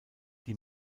die